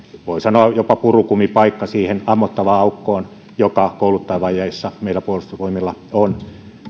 sanoa että jopa purukumipaikka siihen ammottavaan aukkoon joka kouluttajavajeessa meillä puolustusvoimilla on